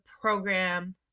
program